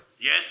Yes